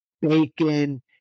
bacon